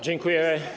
Dziękuję.